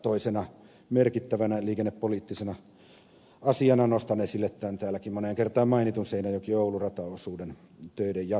toisena merkittävänä liikennepoliittisena asiana nostan esille tämän täälläkin moneen kertaan mainitun seinäjokioulu rataosuuden töiden jatkumisen